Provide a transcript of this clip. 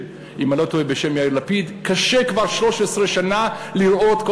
אם אני לא טועה בשם יאיר לפיד: קשה כבר 13 שנה לראות כל